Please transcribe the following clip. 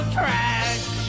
trash